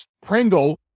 Pringle